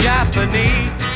Japanese